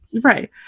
right